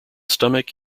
stomach